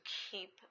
keep